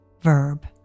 verb